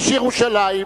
איש ירושלים,